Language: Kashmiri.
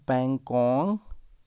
پینکانگ